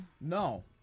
no